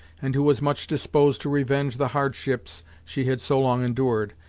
and who was much disposed to revenge the hardships she had so long endured,